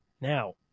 now